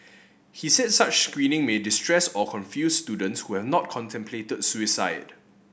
he said such screening may distress or confuse students who have not contemplated suicide